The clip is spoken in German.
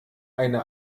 eine